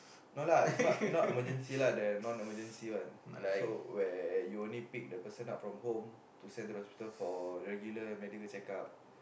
no lah it's not not emergency lah the non emergency one so where you only pick the person up from home to send to the hospital for regular medical check up